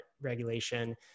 regulation